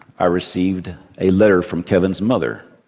i received a letter from kevin's mother,